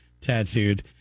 tattooed